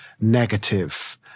negative